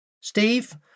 Steve